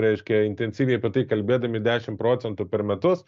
reiškia intensyviai apie tai kalbėdami dešimt procentų per metus